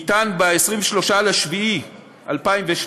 ניתן ב-23 ביולי 2017,